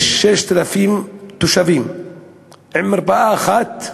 יש 6,000 תושבים ומרפאה אחת,